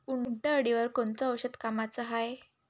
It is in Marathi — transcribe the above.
उंटअळीवर कोनचं औषध कामाचं हाये?